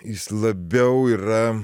jis labiau yra